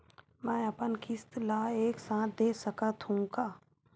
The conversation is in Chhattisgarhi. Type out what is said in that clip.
मै अपन किस्त ल एक साथ दे सकत हु का?